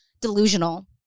delusional